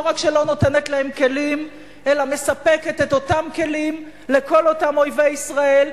לא רק שלא נותנת להם כלים אלא מספקת את אותם כלים לכל אותם אויבי ישראל,